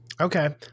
Okay